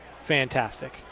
fantastic